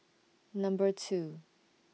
Number two